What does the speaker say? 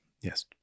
Yes